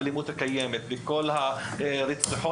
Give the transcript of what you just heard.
כי אנחנו לא יכולים לטפל באלימות הקיימת ובמקרי רצח,